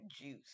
juice